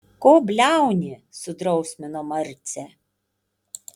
ko bliauni sudrausmino marcę